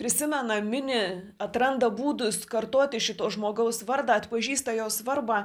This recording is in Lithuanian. prisimena mini atranda būdus kartoti šito žmogaus vardą pažįsta jo svarbą